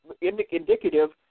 indicative